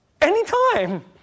Anytime